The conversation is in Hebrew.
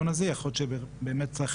אמצעי כמו סכין,